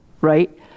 right